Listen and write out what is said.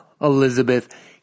Elizabeth